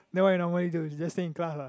then what you normally do just sit in class ah